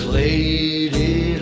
lady